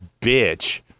bitch